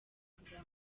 kuzamura